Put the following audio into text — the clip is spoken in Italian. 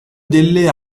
delle